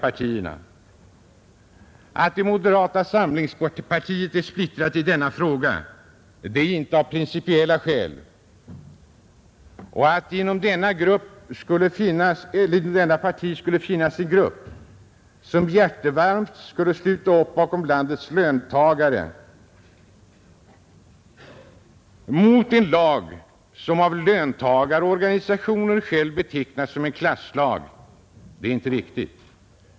Att moderata samlingspartiet är splittrat i denna fråga är inte av principiella skäl, och att det inom detta parti skulle finnas en grupp som hjärtevarmt skulle sluta upp bakom landets löntagare mot en lag som av löntagarorganisationerna betecknas som en klasslag är inte riktigt.